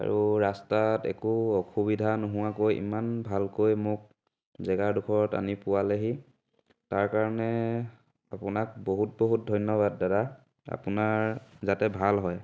আৰু ৰাস্তাত একো অসুবিধা নোহোৱাকৈ ইমান ভালকৈ মোক জেগাডোখৰত আনি পোৱালেহি তাৰ কাৰণে আপোনাক বহুত বহুত ধন্যবাদ দাদা আপোনাৰ যাতে ভাল হয়